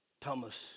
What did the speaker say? Thomas